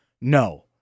No